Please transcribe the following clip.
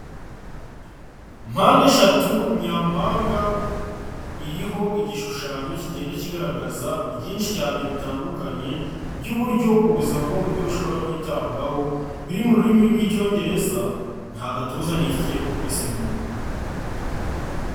Mpande eshatu nyampanga, iriho igishushanyo kigenda kigaragaza byinshi cyane bitandukanye by'uburyo ubuzima bwo mutwe bushobora kwitabwaho biri mu rurimi rw'icyongereza, nta gatuza nifitiye ko kubisemura.